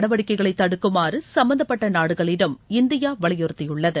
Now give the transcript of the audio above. நடவடிக்கைகளை தடுக்குமாறு சம்மந்தப்பட்ட நாடுகளிடம் இந்தியா வலியுறுத்தியுள்ளது